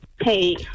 Hey